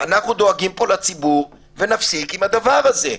אנחנו דואגים פה לציבור, ונפסיק עם הדבר הזה.